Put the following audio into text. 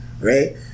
right